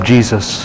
Jesus